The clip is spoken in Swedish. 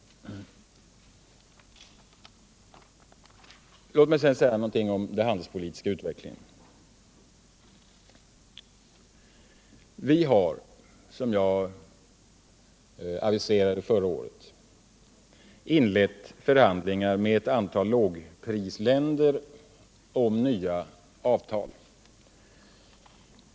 Låt mig sedan säga några ord om den handelspolitiska utvecklingen. Vi har, som jag aviserade förra året, inlett förhandlingar med ett antal lågprisländer om nya avtal.